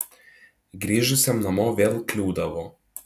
grįžusiam namo vėl kliūdavo